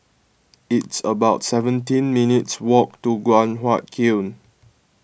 it's about seventeen minutes' walk to Guan Huat Kiln